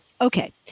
Okay